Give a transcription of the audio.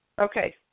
Okay